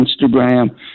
instagram